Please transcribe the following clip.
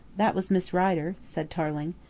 that was miss rider, said tarling.